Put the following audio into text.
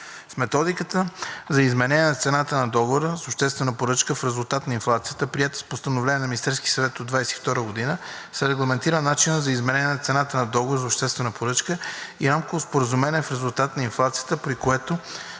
В методиката за изменение на цената на договора с обществена поръчка в резултат на инфлацията, приет с постановление на Министерския съвет от 2022 г., се регламентира начинът за изменение на цената на договора за обществена поръчка и рамково споразумение в резултат на инфлацията, при което